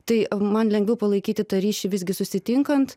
tai man lengviau palaikyti tą ryšį visgi susitinkant